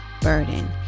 burden